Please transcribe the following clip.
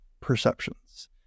perceptions